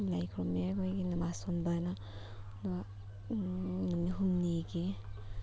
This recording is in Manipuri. ꯂꯥꯏ ꯈꯨꯔꯨꯝꯃꯦ ꯑꯩꯈꯣꯏꯒꯤ ꯅꯃꯥꯁ ꯁꯣꯟꯕꯑꯅ ꯑꯗꯨꯒ ꯅꯨꯃꯤꯠ ꯍꯨꯝꯅꯤꯒꯤ